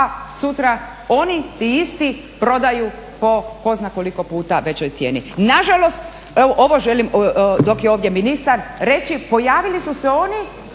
A sutra oni, ti isti prodaju po ko zna koliko puta većoj cijeni. Nažalost, ovo želim, dok je ovdje ministar, reći, pojavili su se oni